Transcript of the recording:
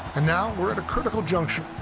and now we're at a critical juncture.